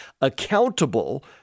accountable